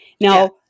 Now